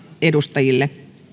edustajille